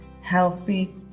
healthy